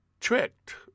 tricked